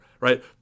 right